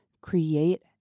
Create